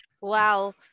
Wow